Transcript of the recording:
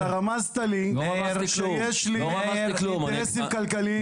רמזת לי שיש לי אינטרסים כלכליים.